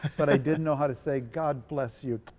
but i didn't know how to say it. god bless you.